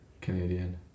Canadian